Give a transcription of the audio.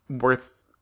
worth